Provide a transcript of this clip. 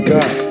God